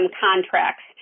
contracts